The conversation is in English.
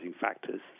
factors